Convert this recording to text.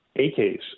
AKs